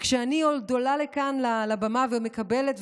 וכשאני עוד עולה לכאן לבמה ומקבלת,